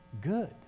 good